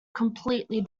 completely